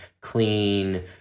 clean